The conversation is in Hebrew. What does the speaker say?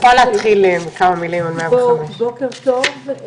בוקר טוב.